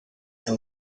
and